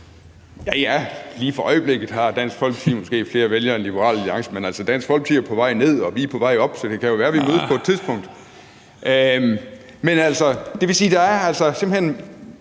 ja, lige for øjeblikket har Dansk Folkeparti måske flere vælgere end Liberal Alliance, men altså, Dansk Folkeparti er på vej ned, og vi er på vej op, så det kan jo være, at vi mødes på et tidspunkt. Men det vil altså sige, at der simpelt hen